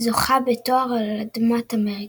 זוכה בתואר על אדמת אמריקה.